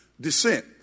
descent